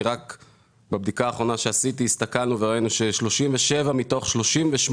בבדיקה האחרונה שעשיתי ראינו ש-37 מתוך 38